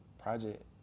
project